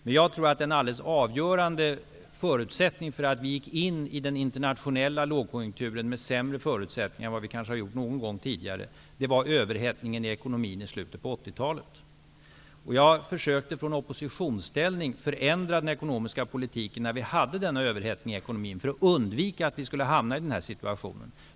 Men jag tror att den alldeles avgörande förutsättningen för att vi gick in i den internationella lågkonjunkturen med sämre förutsättningar än vi kanske har gjort någon gång tidigare var överhettningen i ekonomin i slutet av Jag försökte från oppositionsställning förändra den ekonomiska politiken när vi hade denna överhettning i ekonomin, för att undvika att vi skulle hamna i den här situationen.